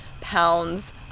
pounds